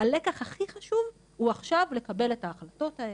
הלקח הכי חשוב הוא עכשיו לקבל את ההחלטות האלה,